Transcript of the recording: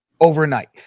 overnight